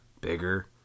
bigger